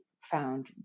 found